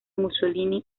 mussolini